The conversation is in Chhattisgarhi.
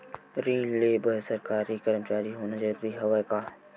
ऋण ले बर सरकारी कर्मचारी होना जरूरी हवय का?